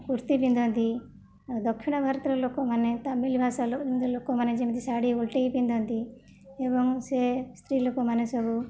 କୁର୍ତ୍ତୀ ପିନ୍ଧନ୍ତି ଆଉ ଦକ୍ଷିଣଭାରତର ଲୋକମାନେ ତାମିଲ ଭାଷାର ଯେମିତି ଲୋକମାନେ ଯେମିତି ଶାଢ଼ୀ ଓଲଟାଇକି ପିନ୍ଧନ୍ତି ଏବଂ ସେ ସ୍ତ୍ରୀ ଲୋକମାନେ ସବୁ